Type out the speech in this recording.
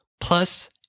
Plus